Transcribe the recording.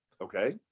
Okay